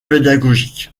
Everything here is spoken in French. pédagogique